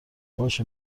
باشه